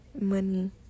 money